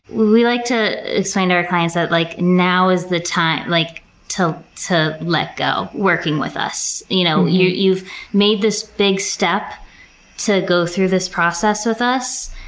we like to explain to our clients that like now is the time like to to let go, working with us. you know you ve made this big step to go through this process with us,